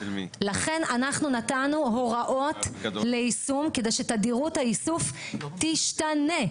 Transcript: לכן אנחנו נתנו הוראות ליישום כדי שתדירות האיסוף תשתנה,